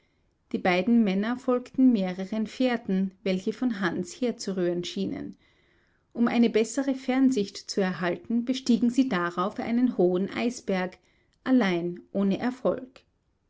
die beiden männer folgten mehreren fährten welche von hans herzurühren schienen um eine bessere fernsicht zu erhalten bestiegen sie darauf einen hohen eisberg allein ohne erfolg